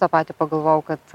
tą patį pagalvojau kad